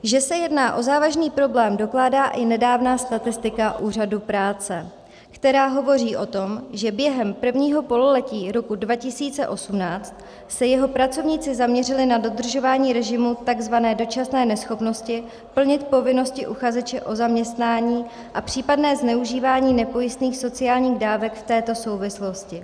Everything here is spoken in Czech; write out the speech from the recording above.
Že se jedná o závažný problém, dokládá i nedávná statistika Úřadu práce, která hovoří o tom, že během prvního pololetí roku 2018 se jeho pracovníci zaměřili na dodržování režimu takzvané dočasné neschopnosti plnit povinnosti uchazeče o zaměstnání a případné zneužívání nepojistných sociálních dávek v této souvislosti.